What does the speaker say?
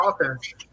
offense